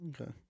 Okay